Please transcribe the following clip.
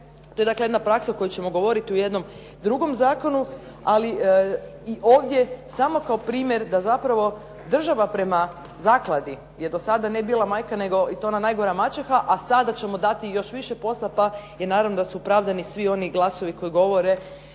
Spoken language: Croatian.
To je dakle jedna praksa o kojoj ćemo govoriti u jednom drugom zakonu, ali i ovdje samo kao primjer da zapravo država prema zakladi jer do sada ne bila majka, nego i to ona najgora maćeha, a sada ćemo dati i još više posla, pa je naravno da su opravdani svi oni glasovi koji govore